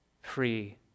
free